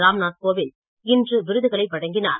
ராம்நாத் கோவிந்த் இன்று விருதுகளை வழங்கினார்